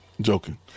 Joking